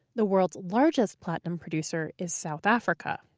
the world's largest platinum producer is south africa.